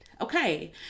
Okay